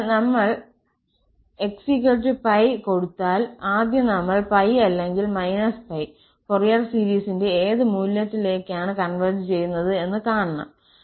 അതിനാൽ നമ്മൾ 𝑥π കൊടുത്താൽ ആദ്യം നമ്മൾ 𝜋 അല്ലെങ്കിൽ π ഫൊറിയർ സീരീസിന്റെ ഏത് മൂല്യത്തിലേക്കാണ് കോൺവെർജ് ചെയുന്നത് എന്ന് കാണണം